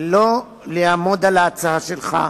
לא לעמוד על ההצעה שלך,